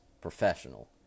professional